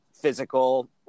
physical